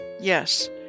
Yes